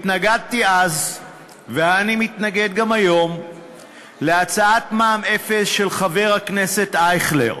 התנגדתי אז ואני מתנגד גם היום להצעת מע"מ אפס של חבר הכנסת אייכלר.